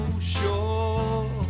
sure